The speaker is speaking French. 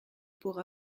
pour